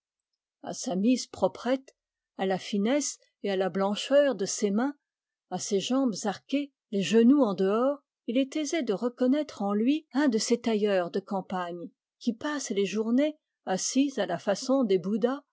a sa mise proprette à la finesse et à la blancheur de ses mains à ses jambes arquées les genoux en dehors il est aisé de reconnaître en lui un de ces tailleurs de campagne qui passent les journées assis à la façon des bouddhas